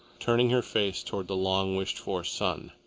turning her face towards the long-wished-for sun.